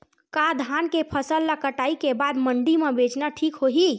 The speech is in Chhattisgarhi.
का धान के फसल ल कटाई के बाद मंडी म बेचना ठीक होही?